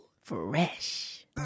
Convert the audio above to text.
Fresh